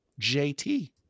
JT